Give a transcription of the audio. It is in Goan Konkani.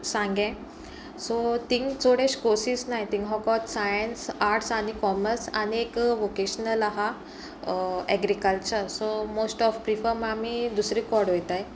सांगे सो तींग चोडेश कोर्सीस नाय तींग हो कोत सायन्स आर्ट्स आनी कॉमर्स आनी एक वोकेशनल आहा एग्रीकल्चर सो मोस्ट ऑफ प्रिफम आमी दुसरी कडेन वोयताय